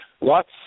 Lots